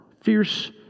Fierce